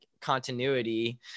continuity